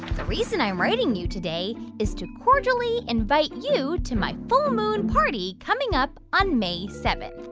the reason i'm writing you today is to cordially invite you to my full moon party coming up on may seven.